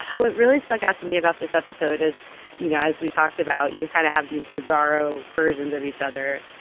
what really stuck out to me about this episode is you know as we talked about you kind of have these bizarro versions of each other.